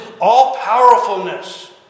all-powerfulness